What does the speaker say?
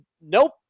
Nope